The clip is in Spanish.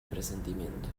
presentimiento